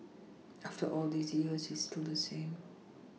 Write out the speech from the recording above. after all these years he's still the same